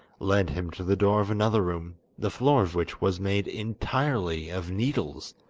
led him to the door of another room, the floor of which was made entirely of needles,